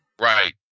Right